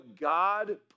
god